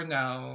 now